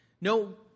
no